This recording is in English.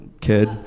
kid